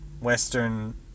western